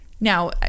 now